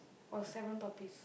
or seven puppies